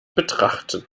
betrachten